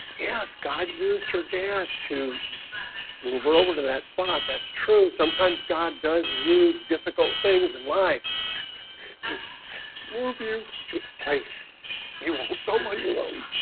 yeah so god used her. dad to move her over to that spot. that's true. sometimes god does use difficult things in life to move you to place you go on your own.